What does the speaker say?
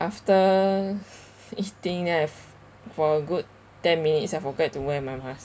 after eating then I f~ for a good ten minutes I forget to wear my mask